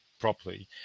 properly –